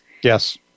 Yes